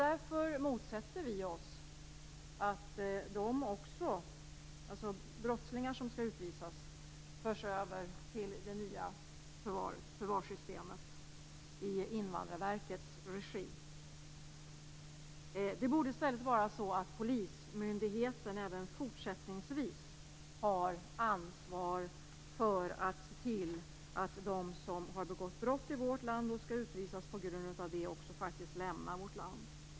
Därför motsätter vi oss att också brottslingar som skall utvisas förs över till det nya förvarssystemet i Invandrarverkets regi. I stället borde polismyndigheten även fortsättningsvis ha ansvar för att se till att de som har begått brott i vårt land och skall utvisas på grund av det, också faktiskt lämnar vårt land.